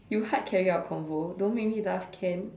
you hard carry your convo don't make me laugh can